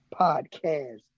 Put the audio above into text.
podcast